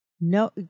no